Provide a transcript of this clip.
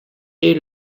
dès